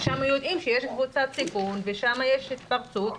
ששם יודעים שיש קבוצת סיכון ושם יש התפרצות,